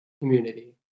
community